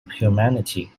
humanity